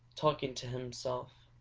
talking to himself.